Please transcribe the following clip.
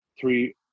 three